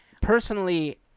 Personally